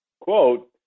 Quote